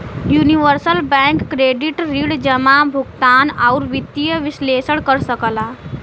universal bank credit ऋण जमा, भुगतान, आउर वित्तीय विश्लेषण कर सकला